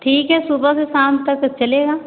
ठीक है सुबह से शाम तक चलेगा